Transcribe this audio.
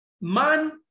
man